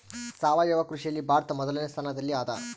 ಸಾವಯವ ಕೃಷಿಯಲ್ಲಿ ಭಾರತ ಮೊದಲನೇ ಸ್ಥಾನದಲ್ಲಿ ಅದ